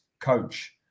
coach